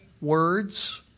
words